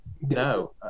no